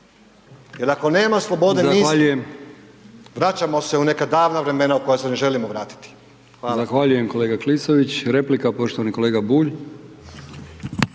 jer ako nema slobode, nismo, vraćamo se u neka davna vremena u koja se ne želimo vratiti.